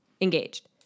engaged